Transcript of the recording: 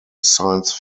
science